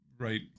right